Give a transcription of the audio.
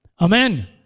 Amen